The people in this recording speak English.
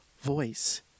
voice